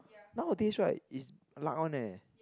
nowadays right is luck one leh